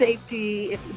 safety